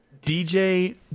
dj